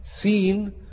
seen